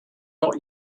not